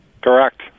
Correct